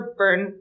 burn